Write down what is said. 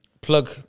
Plug